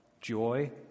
joy